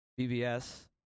BBS